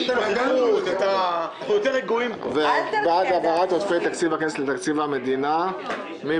6. בעד העברת עודפי תקציב הכנסת לתקציב המדינה מי